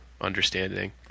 understanding